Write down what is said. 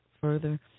further